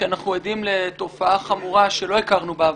כי אנחנו עדים לתופעה חמורה שלא הכרנו בעבר.